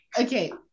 Okay